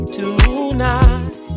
tonight